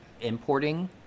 importing